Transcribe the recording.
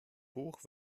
buch